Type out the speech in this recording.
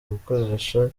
gukoresha